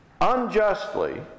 unjustly